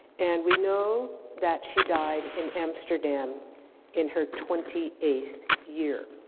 and we know that she died in amsterdam in her twenty eighth year.